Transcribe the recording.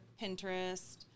Pinterest